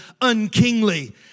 unkingly